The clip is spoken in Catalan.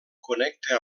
connecta